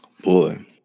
Boy